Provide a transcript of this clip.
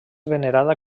venerada